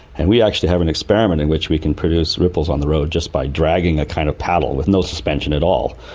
and we actually have an experiment in which we can produce ripples on the road just by dragging a kind of paddle with no suspension at all.